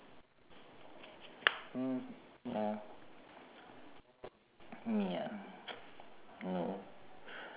mm ya ya no